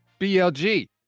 BLG